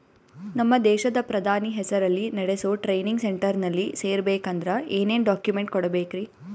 ನಮ್ಮ ದೇಶದ ಪ್ರಧಾನಿ ಹೆಸರಲ್ಲಿ ನೆಡಸೋ ಟ್ರೈನಿಂಗ್ ಸೆಂಟರ್ನಲ್ಲಿ ಸೇರ್ಬೇಕಂದ್ರ ಏನೇನ್ ಡಾಕ್ಯುಮೆಂಟ್ ಕೊಡಬೇಕ್ರಿ?